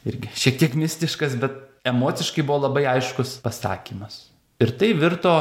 irgi šiek tiek mistiškas bet emociškai buvo labai aiškus pasakymas ir tai virto